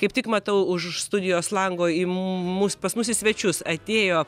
kaip tik matau už studijos lango į mus pas mus į svečius atėjo